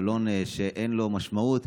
בלון שאין לו משמעות,